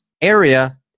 area